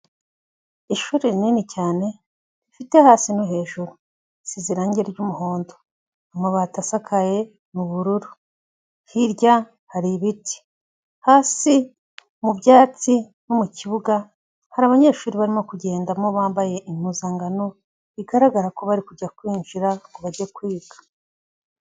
Ishuri rinini cyane rifite hasi no hejuru. Risize irangi ry'umuhondo. Amabati asakaye ni ubururu. Hirya hari ibiti. Hasi mu byatsi no mu kibuga hari abanyeshuri barimo kugendamo bambaye impuzangano bigaragara ko bari kujya kwinjira ngo bajye kwiga.